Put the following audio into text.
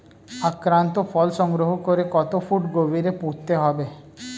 আক্রান্ত ফল সংগ্রহ করে কত ফুট গভীরে পুঁততে হবে?